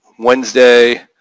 Wednesday